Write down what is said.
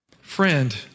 Friend